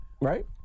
Right